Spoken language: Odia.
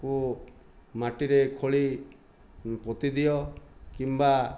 କୁ ମାଟିରେ ଖୋଳି ପୋତିଦିଅ କିମ୍ବା